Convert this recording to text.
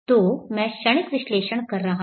तो मैं क्षणिक विश्लेषण कर रहा हूं